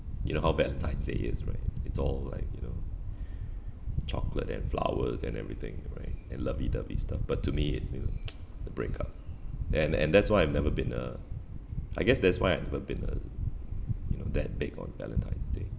you know how valentine's day is right it's all like you know chocolate and flowers and everything right and lovey dovey stuff but to me it's you know the breakup and and that's why I've never been a I guess that's why I never been a you know that big on valentine's day